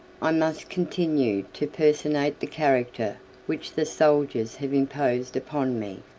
i must continue to personate the character which the soldiers have imposed upon me.